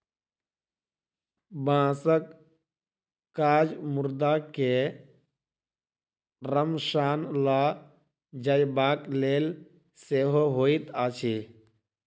बाँसक काज मुर्दा के शमशान ल जयबाक लेल सेहो होइत अछि